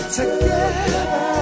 together